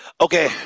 Okay